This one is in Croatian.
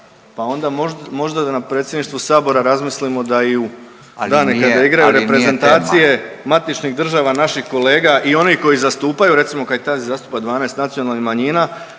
pa onda možda da na predsjedništvu sabora razmislimo da i dane kada igraju …/Upadica Radin: Ali nije tema./… reprezentacije matičnih država naših kolega i one koje zastupaju, recimo Kajtazi zastupa 12 nacionalnih manjina,